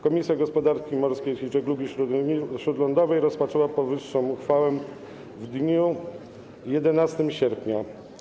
Komisja Gospodarki Morskiej i Żeglugi Śródlądowej rozpatrzyła powyższą uchwałę w dniu 11 sierpnia.